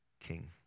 king